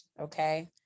Okay